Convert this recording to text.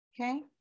Okay